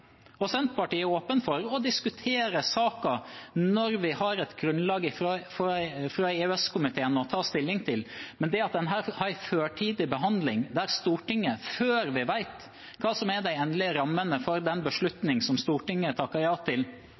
Senterpartiet er åpen for å diskutere saken når vi har et grunnlag fra EØS-komiteen å ta stilling til. Men at en her har en førtidig behandling i Stortinget, før vi vet hva som er de endelige rammene for den beslutningen som Stortinget takket ja til,